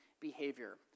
behavior